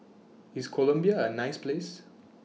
IS Colombia A nice Place